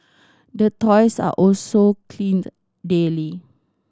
the toys are also cleaned daily